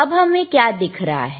अब हमें क्या दिख रहा है